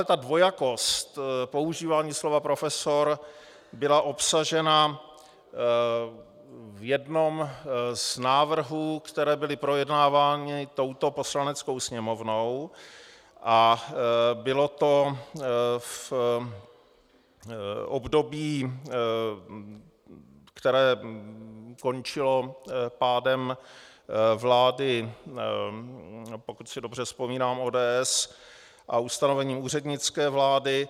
Tato dvojakost používání slova profesor byla obsažena v jednom z návrhů, které byly projednávány touto Poslaneckou sněmovnou, a bylo to v období, které končilo pádem vlády, pokud si dobře vzpomínám, ODS a ustavením úřednické vlády.